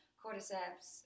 cordyceps